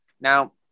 Now